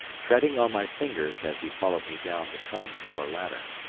treading on my fingers as he followed me down the conning tower ladder.